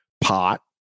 pot